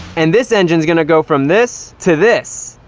and this engine is going to go from this to this.